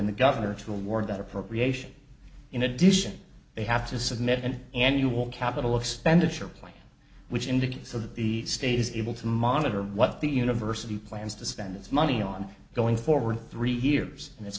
when the governor to award that appropriation in addition they have to submit an annual capital expenditure plan which indicates so the state is able to monitor what the university plans to spend its money on going forward three years and it's